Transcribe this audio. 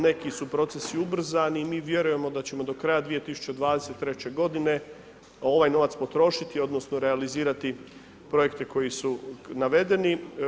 Neki su procesi ubrzani, mi vjerujemo, da ćemo do kraja 2023. g. ovaj novac potrošiti, odnosno, realizirati projekte koji su navedeni.